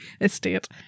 Estate